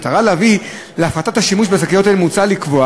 במטרה להביא להפחתת השימוש בשקיות אלה מוצע לקבוע